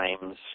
times